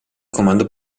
comando